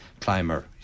climber